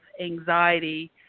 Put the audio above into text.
anxiety